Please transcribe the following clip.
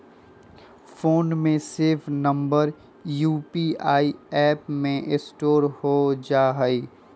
phone में save number UPI app में store हो जा हई